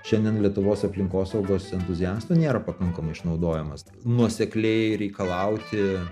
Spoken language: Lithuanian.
šiandien lietuvos aplinkosaugos entuziastų nėra pakankamai išnaudojamas nuosekliai reikalauti